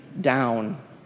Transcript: down